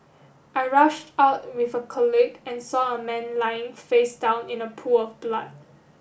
I rushed out with a colleague and saw a man lying face down in a pool of blood